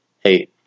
hey